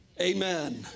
Amen